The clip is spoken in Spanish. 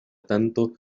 tanto